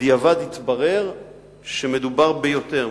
ובדיעבד התברר שמדובר ביותר,